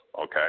Okay